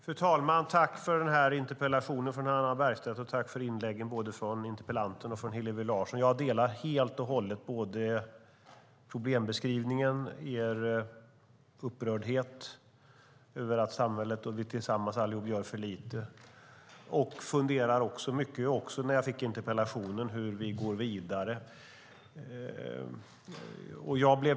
Fru talman! Tack för interpellationen från Hannah Bergstedt och för inläggen från både interpellanten och Hillevi Larsson. Jag delar helt och hållet både problembeskrivningen och er upprördhet över att samhället och vi allihop tillsammans gör för lite. Jag funderar också mycket, även när jag fick interpellationen, över hur vi ska gå vidare.